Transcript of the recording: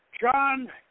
John